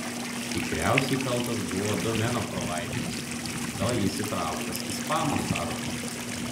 tikriausiai kaltas tavo domeno provaideris gal jis įtrauktas į spamo sąrašus